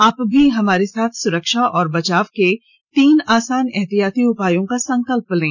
आप भी हमारे साथ सुरक्षा और बचाव के तीन आसान एहतियाती उपायों का संकल्प लें